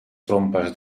trompes